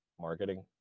marketing